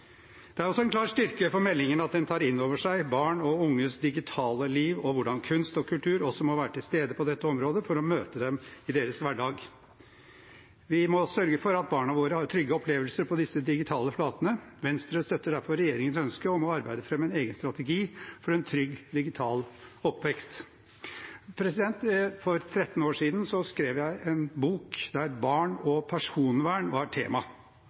Det er også en klar styrke for meldingen at den tar inn over seg barn og unges digitale liv og hvordan kunst og kultur også må være til stede på dette området for å møte dem i deres hverdag. Vi må sørge for at barna våre har trygge opplevelser på disse digitale flatene. Venstre støtter derfor regjeringens ønske om å arbeide fram en egen strategi for en trygg digital oppvekst. For 13 år siden skrev jeg en bok der barn og personvern var tema.